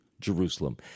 Jerusalem